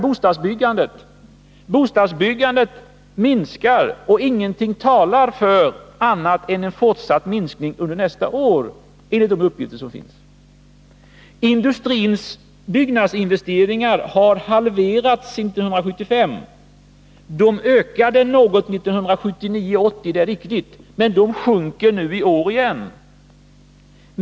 Bostadsbyggandet minskar, och ingenting talar för annat än en fortsatt minskning under nästa år enligt de uppgifter som finns. Industrins byggnadsinvesteringar har halverats sedan 1975. De ökade något 1979 och 1980 — det är riktigt — men de sjunker nu i år igen.